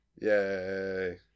Yay